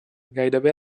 gairebé